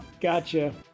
Gotcha